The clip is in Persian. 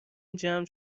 جمع